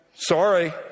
Sorry